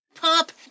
Pop